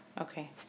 Okay